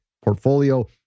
portfolio